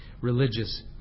religious